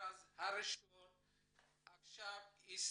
המכרז הראשון הסתיים.